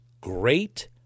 great